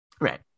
Right